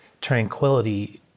tranquility